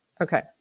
Okay